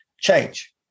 change